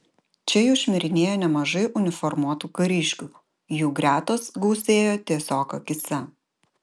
čia jau šmirinėjo nemažai uniformuotų kariškių jų gretos gausėjo tiesiog akyse